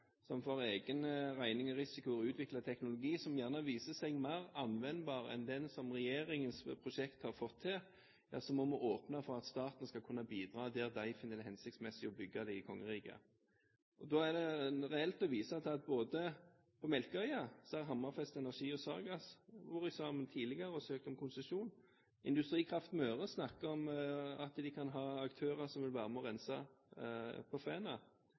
som for egen regning og risiko utvikler teknologi som viser seg mer anvendbar enn den som regjeringens prosjekt har fått til, må vi åpne for at staten skal kunne bidra der de finner det hensiktsmessig å bygge slike i kongeriket. Da er det reelt å vise til at på Melkøya har Hammerfest Energi og Sargas tidligere gått sammen og søkt om konsesjon. Industrikraft Møre snakker om at de kan ha aktører som vil være med og rense på